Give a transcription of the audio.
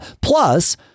plus